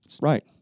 Right